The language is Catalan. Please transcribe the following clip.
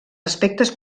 aspectes